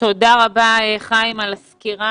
תודה רבה, חיים, על הסקירה.